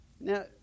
Now